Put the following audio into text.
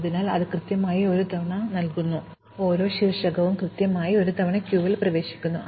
അതിനാൽ ഓരോ ശീർഷകവും കൃത്യമായി ഒരു തവണ ക്യൂവിൽ പ്രവേശിക്കുന്നു